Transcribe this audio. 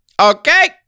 Okay